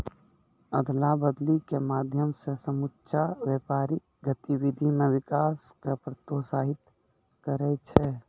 अदला बदली के माध्यम से समुच्चा व्यापारिक गतिविधि मे विकास क प्रोत्साहित करै छै